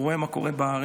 הוא רואה מה קורה בארץ,